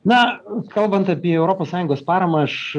na kalbant apie europos sąjungos paramą aš